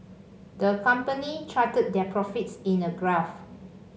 the company charted their profits in a graph